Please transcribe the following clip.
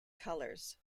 colours